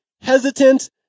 hesitant